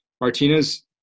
Martinez